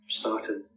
started